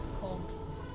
cold